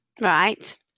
Right